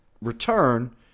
return